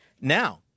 now